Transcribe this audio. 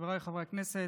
חבריי חברי הכנסת,